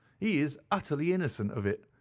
he is utterly innocent of it.